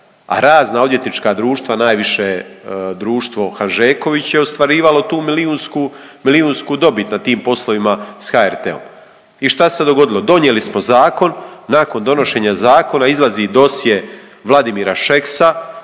razna odvjetnička društva najviše društvo Hanžeković je ostvarivalo tu milijunsku dobit na tim poslovima sa HRT-om. I šta se dogodilo? Donijeli smo zakon. Nakon donošenja zakona izlazi dosje Vladimira Šeksa